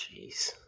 jeez